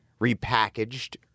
repackaged